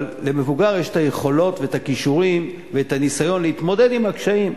אבל למבוגר יש היכולות והכישורים והניסיון להתמודד עם הקשיים,